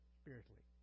spiritually